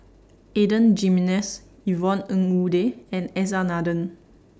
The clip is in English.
Adan Jimenez Yvonne Ng Uhde and S R Nathan